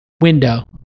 window